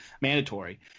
mandatory